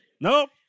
Nope